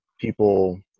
people